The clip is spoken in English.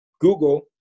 Google